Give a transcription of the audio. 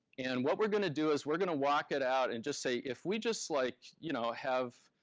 and what we're gonna do is we're gonna walk it out and just say, if we just like, you know, have